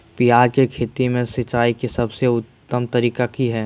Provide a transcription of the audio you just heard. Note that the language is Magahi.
प्याज के खेती में सिंचाई के सबसे उत्तम तरीका की है?